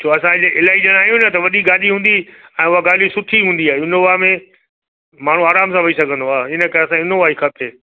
छो असां हिते इलाही ॼणा आहियूं न त वॾी गाॾी हूंदी ऐं उहा गाॾी सुठी हूंदी आहे इनोवा में माण्हू आराम सां वही सघंदो आहे इन करे असांखे इनोवा ई खपे